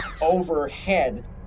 overhead